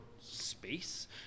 space